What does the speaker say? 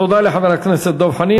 תודה לחבר הכנסת דב חנין.